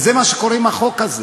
וזה מה שקורה עם החוק הזה.